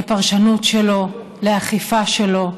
לפרשנות שלו, לאכיפה שלו,